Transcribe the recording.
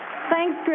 thanks,